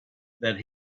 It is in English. that